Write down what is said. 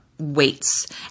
Weights